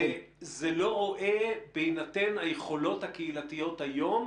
זה לא רואה בהינתן היכולות הקהילתיות היום,